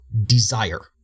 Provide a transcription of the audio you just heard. desire